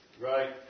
Right